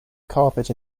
carpet